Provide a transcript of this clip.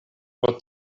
pro